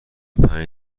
پنج